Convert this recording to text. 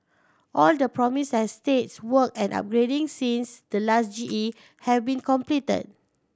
all the promised estates work and upgrading since the last G E have been completed